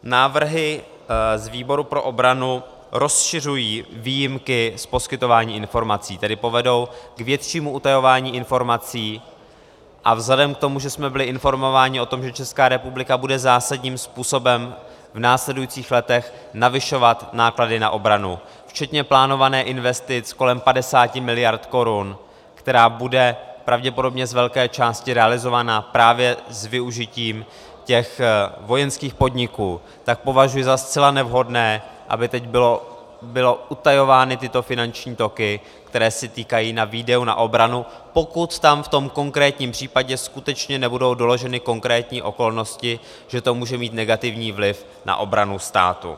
Návrhy z výboru pro obranu rozšiřují výjimky z poskytování informací, tedy povedou k většímu utajování informací a vzhledem k tomu, že jsme byli informováni o tom, že ČR bude zásadním způsobem v následujících letech navyšovat náklady na obranu, včetně plánované investice kolem 50 mld. Kč, která bude pravděpodobně z velké části realizována právě s využitím vojenských podniků, tak považuji za zcela nevhodné, aby teď byly utajovány tyto finanční toky, které se týkají výdajů na obranu, pokud tam v tom konkrétním případě skutečně nebudou doloženy konkrétní okolnosti, že to může mít negativní vliv na obranu státu.